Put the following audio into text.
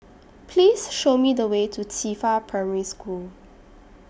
Please Show Me The Way to Qifa Primary School